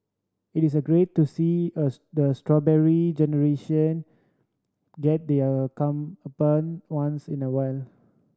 it is a great to see a the Strawberry Generation get their once in a while